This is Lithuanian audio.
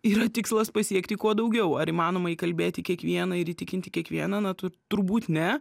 yra tikslas pasiekti kuo daugiau ar įmanoma įkalbėti kiekvieną ir įtikinti kiekvieną na turbūt ne